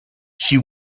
she